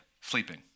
sleeping